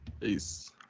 Peace